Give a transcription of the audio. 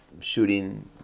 shooting